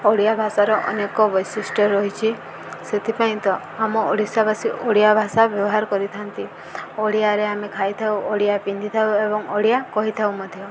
ଓଡ଼ିଆ ଭାଷାର ଅନେକ ବୈଶିଷ୍ଟ୍ୟ ରହିଛି ସେଥିପାଇଁ ତ ଆମ ଓଡ଼ିଶାବାସୀ ଓଡ଼ିଆ ଭାଷା ବ୍ୟବହାର କରିଥାନ୍ତି ଓଡ଼ିଆରେ ଆମେ ଖାଇଥାଉ ଓଡ଼ିଆ ପିନ୍ଧିଥାଉ ଏବଂ ଓଡ଼ିଆ କହିଥାଉ ମଧ୍ୟ